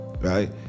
Right